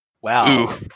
Wow